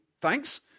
thanks